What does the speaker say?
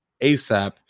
asap